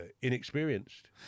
inexperienced